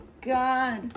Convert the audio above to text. god